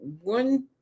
one